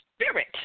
spirit